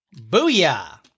Booyah